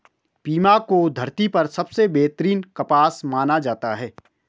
Pima को धरती पर सबसे बेहतरीन कपास माना जाता है